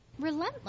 relentless